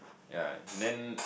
ya then